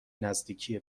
نزدیکی